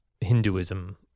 Hinduism